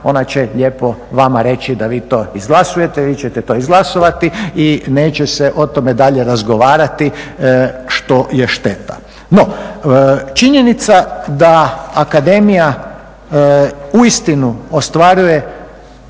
ona će lijepo vama reći da vi to izglasujete, vi ćete to izglasovati i neće se o tome dalje razgovarati, što je šteta. No, činjenica da akademija uistinu ostvaruje